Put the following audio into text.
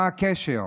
מה הקשר?